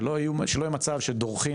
שלא יהיה מצב שדורכים,